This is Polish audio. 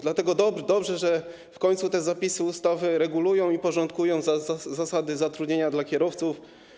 Dlatego dobrze, że w końcu te zapisy ustawy regulują i porządkują zasady zatrudnienia kierowców.